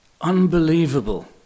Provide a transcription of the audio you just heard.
unbelievable